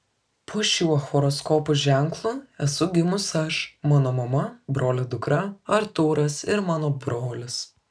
po šiuo horoskopo ženklu esu gimus aš mano mama brolio dukra artūras ir mano brolis